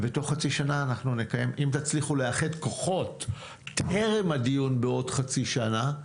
אם תצליחו לאחד כוחות טרם הדיון בעוד חצי שנה,